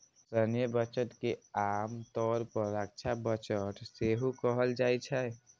सैन्य बजट के आम तौर पर रक्षा बजट सेहो कहल जाइ छै